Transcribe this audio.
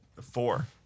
four